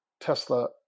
Tesla